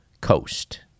coast